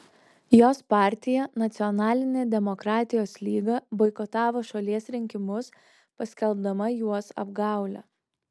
jos partija nacionalinė demokratijos lyga boikotavo šalies rinkimus paskelbdama juos apgaule